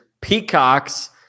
Peacocks